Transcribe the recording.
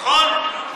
נכון?